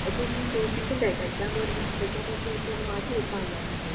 പിന്നെ സൂക്ഷിക്കേണ്ടേ കഴിക്കാൻ പോകുന്ന കഴിക്കാൻ പോകുന്ന സ്ഥലത്തൊന്ന് മാറ്റി വെക്കാമല്ലൊ അതൊക്കെ